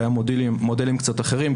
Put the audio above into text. היו מודלים קצת אחרים,